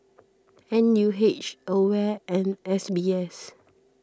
N U H Aware and S B S